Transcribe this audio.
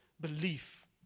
belief